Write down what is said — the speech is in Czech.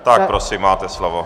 Tak prosím, máte slovo.